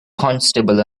constable